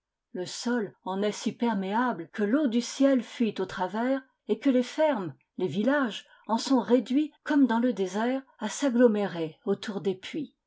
le sol en est si perméable que l'eau du ciel fuit au travers et que les fermes les villages en sont réduits comme dans le désert à s'agglomérer autour des puits